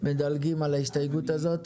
מדלגים על ההסתייגות הזאת.